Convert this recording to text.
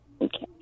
Okay